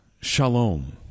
Shalom